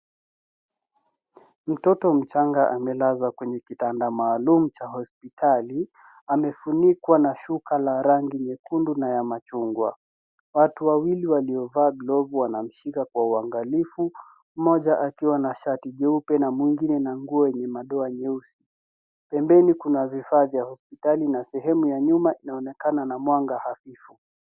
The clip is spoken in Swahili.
Mtoto mchanga amelazwa kwenye kitanda maalum cha hospitali. Amefunikwa na shuka la rangi nyekundu na ya machungwa. Watu wawili waliovaa glovu wanamshika kwa uangalifu mmoja akiwa na shati jeupe na mwingine na nguo yenye madoa nyeusi. Pembeni kuna vifaa vya hospitali na sehemu ya nyuma inaonekana na mwanga hafifu.